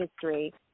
history